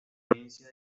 provincia